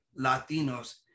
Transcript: Latinos